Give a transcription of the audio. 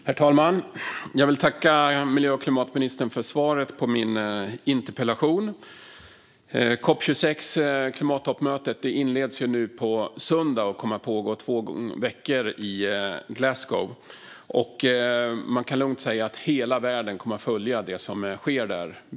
Herr talman! Jag vill tacka miljö och klimatministern för svaret på min interpellation. Klimattoppmötet COP 26 inleds nu på söndag och kommer att pågå två veckor i Glasgow. Man kan lugnt säga att hela världen kommer att följa det som sker där.